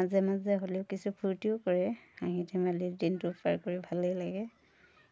মাজে মাজে হ'লেও কিছু ফূৰ্তিও কৰে হাঁহি ধেমালিত দিনটো পাৰ কৰি ভালেই লাগে